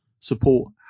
support